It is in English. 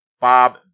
Bob